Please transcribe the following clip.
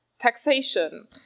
taxation